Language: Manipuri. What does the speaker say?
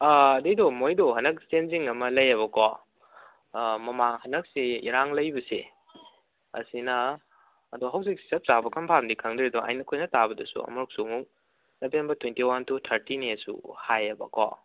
ꯑꯥ ꯑꯗꯨꯒꯤꯗꯣ ꯃꯣꯏꯗꯣ ꯍꯟꯗꯛ ꯆꯦꯟꯖꯤꯡ ꯑꯃ ꯂꯩꯌꯦꯕꯀꯣ ꯃꯃꯥꯡ ꯍꯟꯗꯛꯁꯤ ꯏꯔꯥꯡ ꯂꯩꯕꯁꯦ ꯑꯁꯤꯅ ꯑꯗꯣ ꯍꯧꯖꯤꯛ ꯆꯞ ꯆꯥꯕ ꯀꯝꯐꯥꯝꯗꯤ ꯈꯪꯗ꯭ꯔꯤ ꯑꯗꯣ ꯑꯩꯅ ꯑꯩꯈꯣꯏꯅ ꯇꯥꯕꯗꯁꯨ ꯑꯃꯨꯛꯁꯨ ꯑꯃꯨꯛ ꯁꯦꯞꯇꯦꯝꯕꯔ ꯇ꯭ꯋꯦꯟꯇꯤ ꯋꯥꯟ ꯇꯨ ꯊꯥꯔꯇꯤꯅꯦꯁꯨ ꯍꯥꯏꯌꯦꯕꯀꯣ